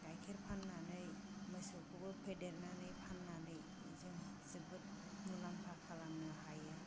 गायखेर फाननानै मोसौखौबो फेदेरनानै फाननानै जों जोबोद मुलाम्फा खालामनो हायो